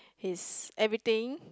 his everything